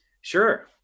Sure